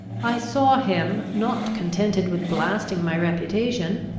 i saw him, not contented with blasting my reputation,